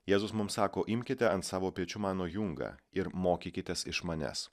jėzus mums sako imkite ant savo pečių mano jungą ir mokykitės iš manęs